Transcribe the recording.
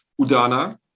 udana